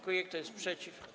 Kto jest przeciw?